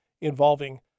involving